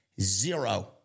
Zero